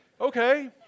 Okay